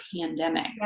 pandemic